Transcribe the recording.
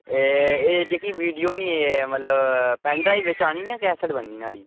एह् एह् जेह्की वीडियो नि एह् मतलब पेन ड्राइव बिच्च आनी जां कैसेट बननी नुहाड़ी